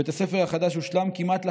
בית הספר החדש הושלם כמעט לחלוטין,